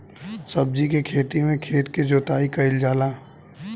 सब्जी के खेती में खेत के जोताई कईल जाला